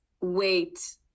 wait